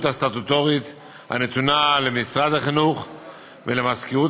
הסטטוטורית הנתונה למשרד החינוך ולמזכירות